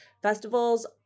festivals